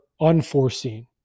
unforeseen